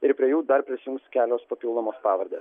ir prie jų dar prisijungs kelios papildomos pavardės